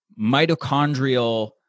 mitochondrial